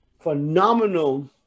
phenomenal